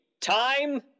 time